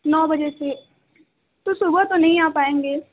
نو بجے سے تو صبح تو نہیں آ پائیں گے